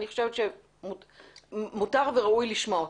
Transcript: אני חושבת שמותר ראוי לשמוע אותם.